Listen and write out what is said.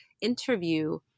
interview